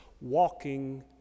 walking